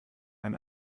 ein